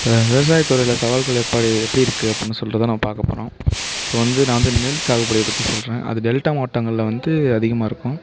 இப்போ விவசாயத்துறையில் சவால்கள் எப்படி எப்படி இருக்குது அப்படின்னு சொல்லிட்டு தான் நம்ம பார்க்க போகிறோம் இப்போது வந்து நான் வந்து நெல் சாகுபடியை பற்றி சொல்கிறேன் அது டெல்டா மாவட்டங்களில் வந்து அதிகமாக இருக்கும்